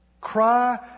Cry